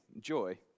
joy